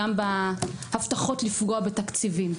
גם בהבטחות לפגוע בתקציבים,